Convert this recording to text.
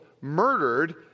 murdered